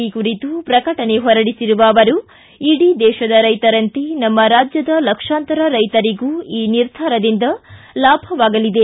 ಈ ಕುರಿತು ಪ್ರಕಟಣೆ ಹೊರಡಿಸಿರುವ ಅವರು ಇಡೀ ದೇಶದ ರೈತರಂತೆ ನಮ್ಮ ರಾಜ್ಯದ ಲಕ್ಷಾಂತರ ರೈತರಿಗೂ ಈ ನಿರ್ಧಾರದಿಂದ ಲಾಭವಾಗಲಿದೆ